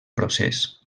procés